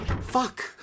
Fuck